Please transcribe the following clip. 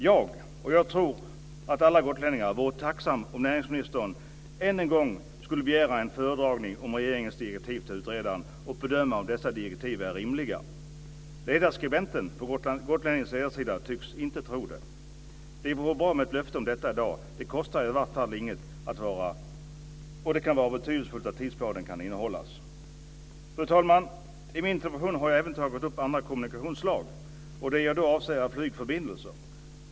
Jag tror att alla gotlänningar vore tacksamma om näringsministern än en gång skulle begära en föredragning om regeringens direktiv till utredaren och bedöma om dessa direktiv är rimliga. Ledarskribenten på Gotlänningens ledarsida tycks inte tro det. Det vore bra om vi fick ett löfte om detta i dag. Det kostar i varje fall ingenting, och det kan vara betydelsefullt att tidsplanen kan hållas. Fru talman! I min interpellation har jag även tagit upp andra kommunikationsslag. Det jag avser är flygförbindelser.